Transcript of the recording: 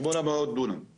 זה נכון?